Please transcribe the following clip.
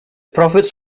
profits